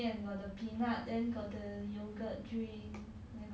but like they got a lot of different products sia got like